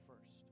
first